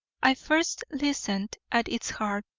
i first listened at its heart,